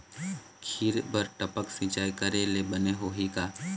खिरा बर टपक सिचाई करे ले बने होही का?